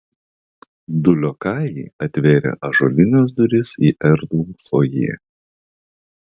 du liokajai atvėrė ąžuolines duris į erdvų fojė